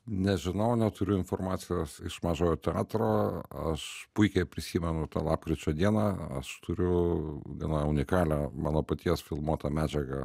nežinau neturiu informacijos iš mažojo teatro aš puikiai prisimenu tą lapkričio dieną aš turiu gana unikalią mano paties filmuotą medžiagą